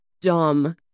dumb